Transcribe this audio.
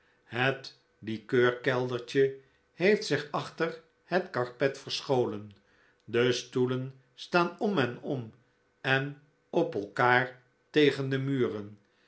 het likeurkeldertje heeft zich achter het karpet verscholen de stoelen staan om en om en op elkaar tegen de muren